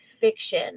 fiction